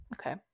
Okay